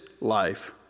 life